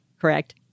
Correct